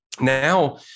now